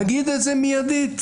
נגיד את זה מידית,